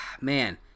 man